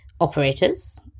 operators